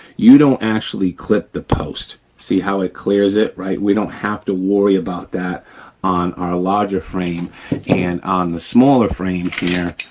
you don't actually clip the post. see how it clears it, right, we don't have to worry about that on our larger frame and on the smaller frame here,